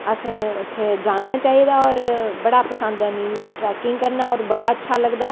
असैं उत्थें जाना चाही दा और बड़ा पसंद ऐ मिगी ट्रैकिंग करनां और मिगी बड़ा अच्छा लगदा